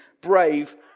brave